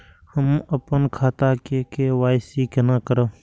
हम अपन खाता के के.वाई.सी केना करब?